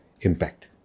impact